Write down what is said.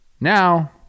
Now